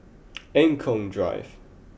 Eng Kong Drive